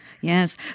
Yes